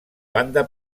banda